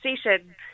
station